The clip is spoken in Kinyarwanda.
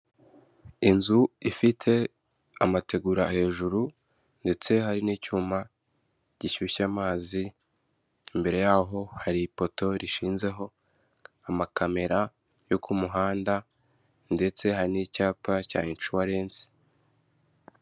Inzu ifite amategura hejuru ndetse hari n'icyuma gishyushya amazi, imbere ya ho hari ifoto rishinzeho amakamera yo ku muhanda ndetse hari n'icyapa cya inshuwarensi.